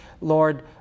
Lord